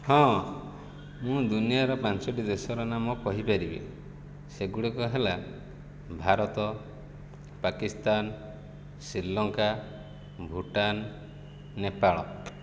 ହଁ ମୁଁ ଦୁନିଆର ପାଞ୍ଚୋଟି ଦେଶର ନାମ କହିପାରିବି ସେଗୁଡ଼ିକ ହେଲା ଭାରତ ପାକିସ୍ତାନ ଶ୍ରୀଲଙ୍କା ଭୁଟାନ ନେପାଳ